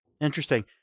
Interesting